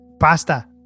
pasta